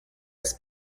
its